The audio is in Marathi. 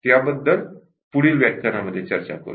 त्याबद्दल पुढील व्याख्यानामध्ये चर्चा करूया